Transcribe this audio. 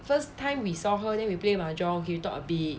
first time we saw her then we play mahjong we actually talk a bit